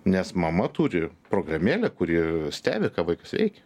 nes mama turi programėlę kuri stebi ką vaikas veikia